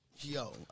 Yo